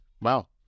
wow